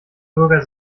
bürger